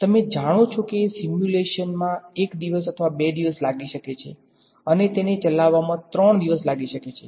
તમે જાણો છો કે સિમ્યુલેશનમાં 1 દિવસ અથવા 2 લાગી શકે છે અને તેને ચલાવવામાં 3 દિવસ લાગી શકે છે